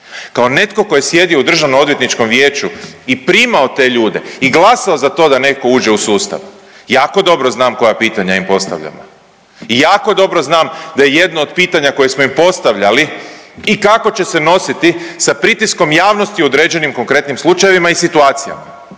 Kao netko ko je sjedio u DOV-u i primao te ljude i glasao za to da netko uđe u sustav jako dobro znam koja pitanja im postavljamo i jako dobro znam da je jedno od pitanja koja smo im postavljali i kako će se nositi sa pritiskom javnosti u određenim konkretnim slučajevima i situacijama